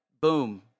boom